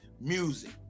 music